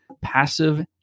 passive